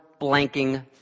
blanking